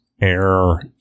air